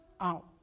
out